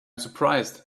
surprised